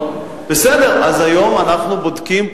בסדר, אז היום אנחנו בודקים.